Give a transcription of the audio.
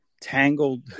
tangled